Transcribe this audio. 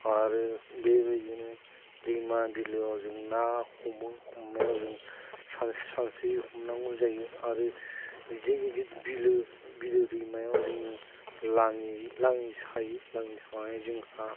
आरो बेबायदिनो दैमा बिलोआव जों ना हमो हमनायाव जों सानस्रि सानस्रि हमनांगौ जायो आरो गिदिर गिदिर बिलो बिलो दैमायाव जोङो लाङि लाङि सायो लाङि सानानै जोंहा